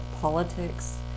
politics